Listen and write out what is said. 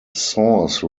source